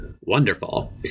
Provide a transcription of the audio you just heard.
wonderful